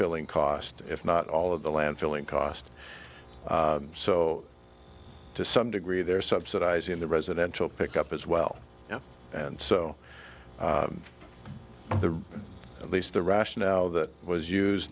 filling cost if not all of the land filling cost so to some degree they're subsidizing the residential pick up as well now and so the at least the rationale that was used